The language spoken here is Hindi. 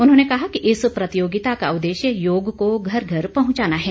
उन्होंने कहा कि इस प्रतियोगिता का उदेश्य योग को घर घर पहुंचाना है